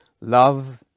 love